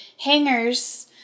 hangers